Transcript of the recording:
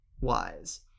wise